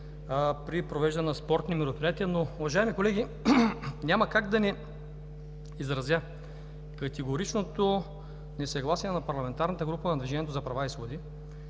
при провеждането на спортни мероприятия. Уважаеми колеги, няма как да не изразя категоричното несъгласие на парламентарната група на „Движението за права и свободи“